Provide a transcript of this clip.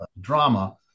drama